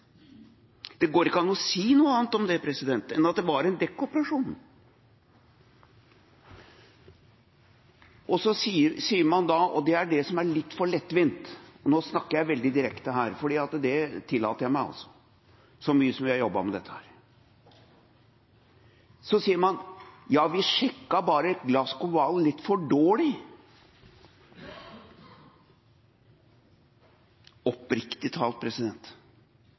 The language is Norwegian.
Det går ikke an å si noe annet om det enn at det var en dekkoperasjon. Og så sier man – og det er det som er litt for lettvint, og nå snakker jeg veldig direkte her; det tillater jeg meg, så mye som vi har jobbet med dette: Ja, vi sjekket bare CAS Global litt for dårlig. Oppriktig talt, president